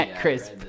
Chris